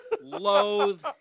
loathe